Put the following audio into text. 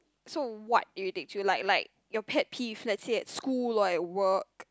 so what irritates you like like your pet peeve let's say at school or at work